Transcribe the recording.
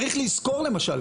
צריך לזכור למשל,